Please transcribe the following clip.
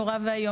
נורא ואיום.